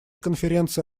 конференции